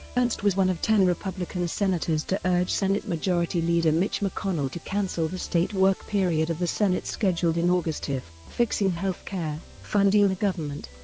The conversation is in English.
ernst was one of ten republican senators to urge senate majority leader mitch mcconnell to cancel the state work period of the senate scheduled in august if fixing health care, funding the government,